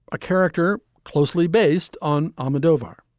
a character closely based on almodovar.